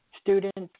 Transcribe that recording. students